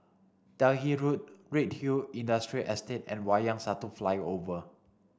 Delhi Road Redhill Industrial Estate and Wayang Satu Flyover